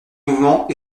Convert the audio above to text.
mouvement